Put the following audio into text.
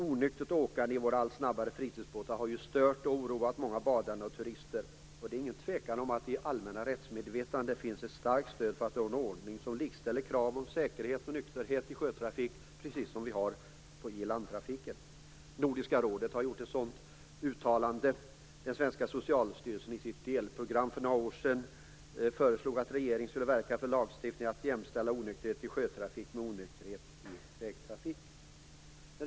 Onyktert åkande i våra allt snabbare fritidsbåtar har stört och oroat många badande och turister. Det är ingen tvekan att det i det allmänna rättsmedvetandet finns ett starkt stöd för en ordning som likställer krav på säkerhet och nykterhet i sjötrafik med kraven vad gäller landtrafiken. Nordiska rådet har gjort ett sådant uttalande. Den svenska socialstyrelsen föreslog i ett delprogram för några år sedan att regeringen skulle verka för en lagstiftning där man jämställer onykterhet i sjötrafiken med onykterhet i vägtrafiken.